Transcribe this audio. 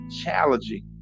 challenging